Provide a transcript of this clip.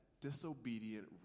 disobedient